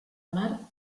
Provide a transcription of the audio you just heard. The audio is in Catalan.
mar